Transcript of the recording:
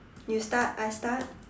you start I start